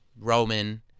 Roman